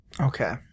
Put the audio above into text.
Okay